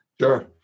Sure